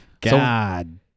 God